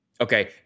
Okay